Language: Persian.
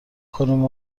کنیم